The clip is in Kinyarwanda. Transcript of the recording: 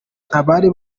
abari